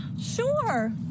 Sure